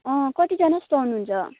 अँ कतिजना जस्तो आउनुहुन्छ